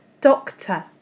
Doctor